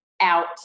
out